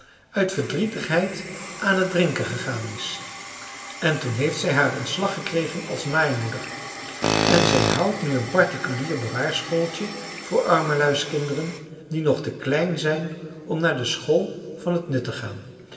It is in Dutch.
uit verdrietigheid aan het drinken gegaan is en toen heeft zij haar ontslag gekregen als naaimoeder en zij houdt nu een particulier bewaarschooltje voor armelui's kinderen die nog te klein zijn om naar de school van het nut te gaan